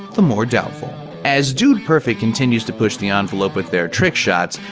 the more doubtful as dude perfect continues to push the ah envelope with their trick shots,